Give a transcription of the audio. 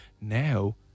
Now